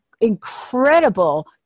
incredible